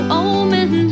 omen